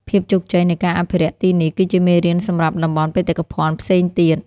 ភាពជោគជ័យនៃការអភិរក្សទីនេះ គឺជាមេរៀនសម្រាប់តំបន់បេតិកភណ្ឌផ្សេងទៀត។